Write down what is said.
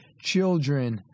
children